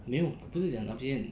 没有我不是讲那边